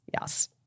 Yes